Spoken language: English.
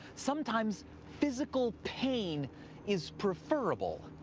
sometimes physical pain is preferable.